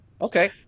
Okay